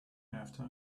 after